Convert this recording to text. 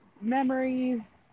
memories